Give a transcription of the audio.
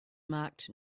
marked